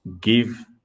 give